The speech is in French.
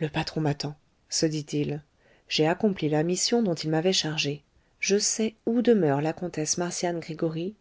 le patron m'attend se dit-il j'ai accompli la mission dont il m'avait chargé je sais où demeure la comtesse marcian gregoryi